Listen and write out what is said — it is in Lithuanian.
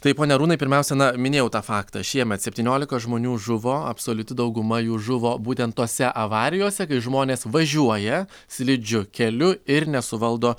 tai pone arūnai pirmiausia na minėjau tą faktą šiemet septyniolika žmonių žuvo absoliuti dauguma jų žuvo būtent tose avarijose kai žmonės važiuoja slidžiu keliu ir nesuvaldo